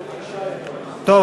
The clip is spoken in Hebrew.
טוב,